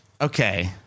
Okay